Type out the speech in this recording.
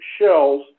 shells